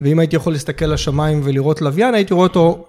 ואם הייתי יכול להסתכל לשמיים ולראות לווין, הייתי רואה אותו...